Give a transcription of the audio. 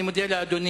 אני מודה לאדוני.